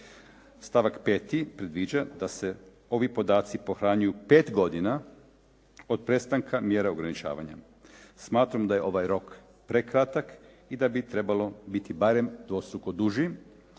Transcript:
Stavak 5. predviđa da se ovi podaci pohranjuju 5 godina od prestanka mjera ograničavanja. Smatram da je ovaj rok prekratak i da bi trebao biti barem dvostruko duži